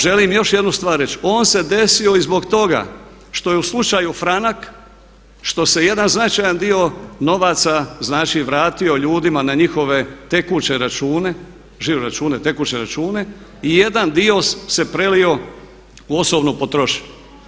Želim još jednu stvar reći, on se desio i zbog toga što je u „Slučaju Franak“ što se jedan značajan dio novaca znači vratio ljudima na njihove tekuće račune, žiro račune, tekuće račune i jedan dio se prelio u osobnu potrošnju.